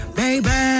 baby